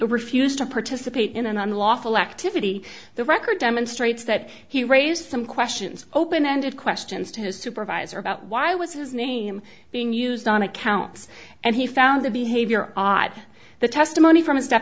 refuse to participate in an unlawful activity the record demonstrates that he raised some questions open ended questions to his supervisor about why was his name being used on accounts and he found the behavior odd the testimony fro